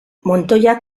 montoya